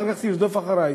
אחר כך תרדוף אחרי.